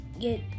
get